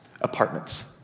Apartments